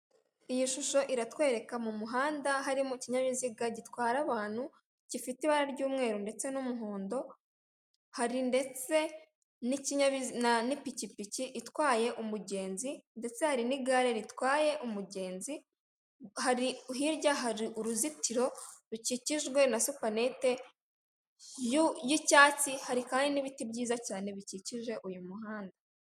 Iyi shusho iratwereka mu muhanda harimo ikinyabiziga gitwara abantu, gifite ibara ry'umweru ndetse n'umuhondo, hari ndetse n'ipikipiki itwaye umugenzi, ndetse hari n'igare ritwaye umugenzi, hirya hari uruzitiro rukikijwe na supanete y'icyatsi, hari kandi n'ibiti byiza cyane bikikije uyu muhanda.